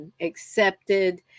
accepted